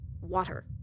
Water